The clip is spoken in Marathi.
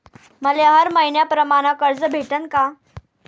मले हर मईन्याप्रमाणं कर्ज भेटन का?